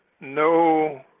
no